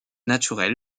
naturel